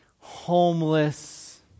homeless